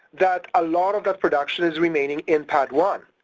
that a lot of that production is remaining in padd one.